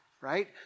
right